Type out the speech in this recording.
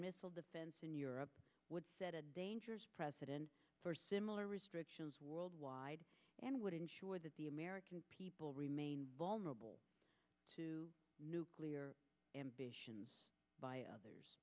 missile defense in europe would set a dangerous precedent for similar restrictions worldwide and would ensure that the american people remain vulnerable to nuclear ambitions by others